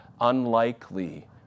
unlikely